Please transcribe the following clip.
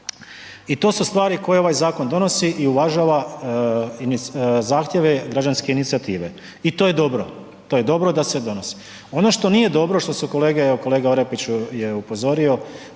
I to su stvari koje ovaj zakon donosi i uvažava zahtjeve građanske inicijative. I to je dobro, to je dobro da se donosi. Ono što nije dobro, što su kolege, evo kolega Orepić je upozorio,